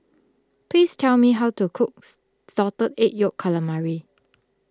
please tell me how to cooks Salted Egg Yolk Calamari